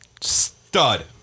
Stud